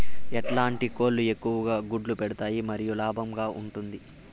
ఎట్లాంటి కోళ్ళు ఎక్కువగా గుడ్లు పెడతాయి మరియు లాభంగా ఉంటుంది?